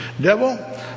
Devil